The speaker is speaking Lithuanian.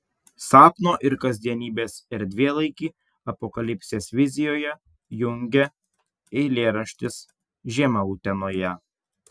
sapno ir kasdienybės erdvėlaikį apokalipsės vizijoje jungia eilėraštis žiema utenoje